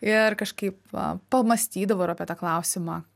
ir kažkaip pamąstydavau ir apie tą klausimą